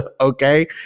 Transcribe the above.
okay